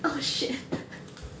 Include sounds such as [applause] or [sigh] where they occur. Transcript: oh shit [laughs]